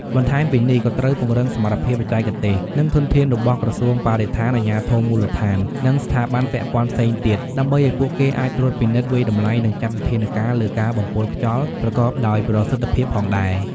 បន្ថែមពីនេះ ក៏ត្រូវពង្រឹងសមត្ថភាពបច្ចេកទេស និងធនធានរបស់ក្រសួងបរិស្ថាន អាជ្ញាធរមូលដ្ឋាន និងស្ថាប័នពាក់ព័ន្ធផ្សេងទៀត ដើម្បីឱ្យពួកគេអាចត្រួតពិនិត្យ វាយតម្លៃ និងចាត់វិធានការលើការបំពុលខ្យល់ប្រកបដោយប្រសិទ្ធភាពផងដែរ។